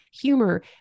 humor